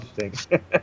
interesting